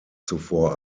zuvor